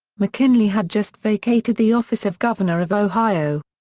mckinley had just vacated the office of governor of ohio.